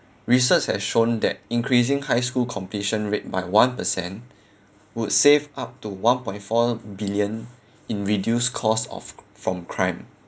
research has shown that increasing high school completion rate by one per cent would save up to one point four billion in reduced cost of from crime